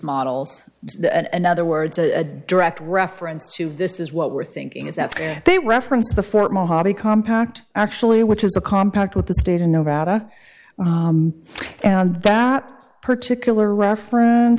models and other words a direct reference to this is what we're thinking is that they referenced the fort mojave compact actually which is a compact with the state of nevada and that particular reference